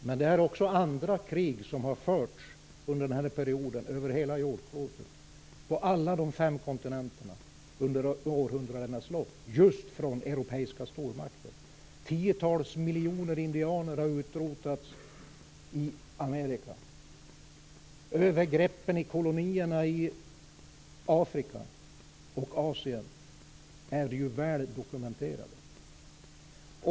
Herr talman! Jag hoppas att Göran Lennmarker har rätt, men det är också andra krig som har förts under århundradenas lopp över hela jordklotet, på alla de fem kontinenterna, just från europeiska stormakter. Tiotals miljoner indianer utrotades i Amerika. Övergreppen i kolonierna i Afrika och Asien är väl dokumenterade.